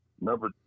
number